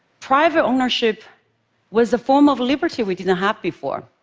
private ownership was a form of liberty we didn't have before.